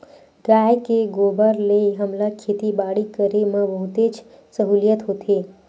गाय के गोबर ले हमला खेती बाड़ी करे म बहुतेच सहूलियत होथे